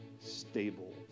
stable